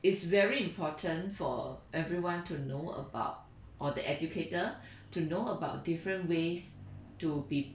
it's very important for everyone to know about or the educator to know about different ways to be